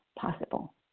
possible